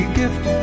gift